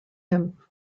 him